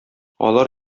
алар